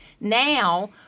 now